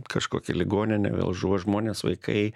kažkokią ligoninę vėl žuvo žmonės vaikai